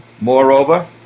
Moreover